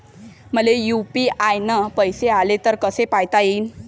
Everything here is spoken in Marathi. मले यू.पी.आय न पैसे आले, ते कसे पायता येईन?